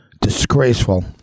disgraceful